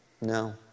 No